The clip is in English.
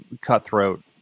cutthroat